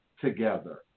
together